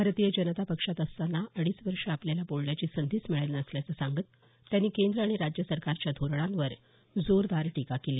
भारतीय जनता पक्षात असताना अडीच वर्षे आपल्याला बोलण्याची संधीच मिळाली नसल्याचे सांगत त्यांनी केंद्र आणि राज्य सरकारच्या धोरणांवर जोरदार टीका केली